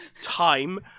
time